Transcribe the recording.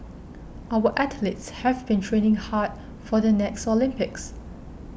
our athletes have been training hard for the next Olympics